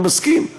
אני מסכים.